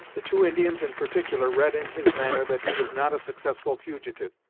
the two indians, in particular, read in his manner that he was not a successful fugitive,